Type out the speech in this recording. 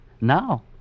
Now